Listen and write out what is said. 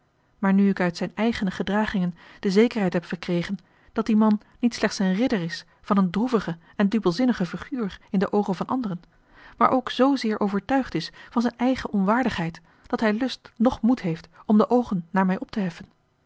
maar nu ik uit zijne eigene gedragingen de zekerheid heb verkregen dat die man niet slechts een ridder is van eene droevige en dubbelzinnige figuur in de oogen van anderen maar ook zoozeer overtuigd is van zijne eigene onwaardigheid dat hij lust noch moed heeft om de oogen naar mij op te heffen